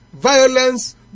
Violence